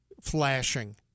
flashing